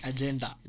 Agenda